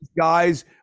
Guys